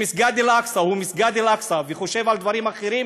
שמסגד אל-אקצא הוא מסגד אל-אקצא וחושב על דברים אחרים,